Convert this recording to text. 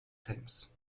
thames